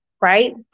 right